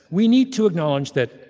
we need to acknowledge that